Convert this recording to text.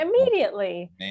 immediately